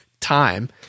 time